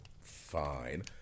fine